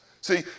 See